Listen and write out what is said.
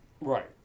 Right